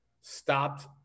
stopped